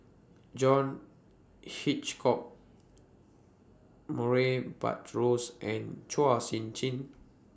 John Hitchcock Murray Buttrose and Chua Sian Chin